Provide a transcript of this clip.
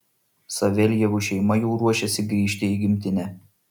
saveljevų šeima jau ruošiasi grįžti į gimtinę